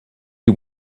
you